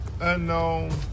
unknown